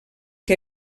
que